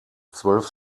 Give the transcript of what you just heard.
zwölf